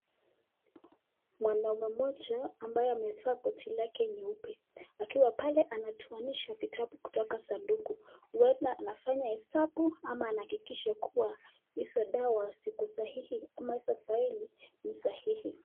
Mwanaume mmoja ambaye amevaa koti lake nyeupe, akiwa pale anatoanisha kitabu kwenye sanduku huenda anafanya hesabu ama anahakikisha hizo dawa ziko sahihi.